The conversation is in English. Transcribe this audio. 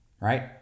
Right